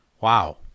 wow